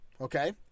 okay